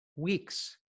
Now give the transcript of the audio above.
Weeks